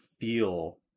feel